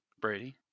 Brady